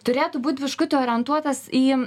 turėtų būt biškutį orientuotas į